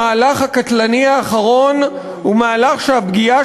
המהלך הקטלני האחרון הוא מהלך שהפגיעה